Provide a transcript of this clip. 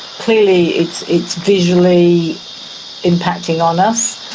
clearly it's it's visually impacting on us.